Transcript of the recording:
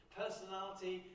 personality